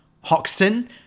Hoxton